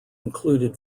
included